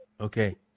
Okay